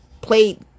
played